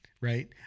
right